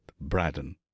Braddon